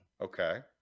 Okay